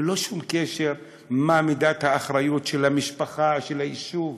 ללא לשום קשר מה מידת האחריות של המשפחה ושל היישוב,